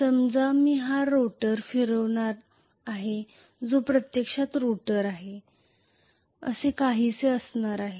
समजा मी हा रोटर फिरवणार आहे जो प्रत्यक्षात रोटर आहे असे काहीसे असे होणार आहे